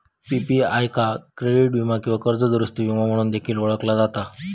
PPI का credit वीमा किंवा कर्ज दुरूस्ती विमो म्हणून देखील ओळखला जाता